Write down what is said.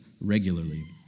regularly